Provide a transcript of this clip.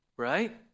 right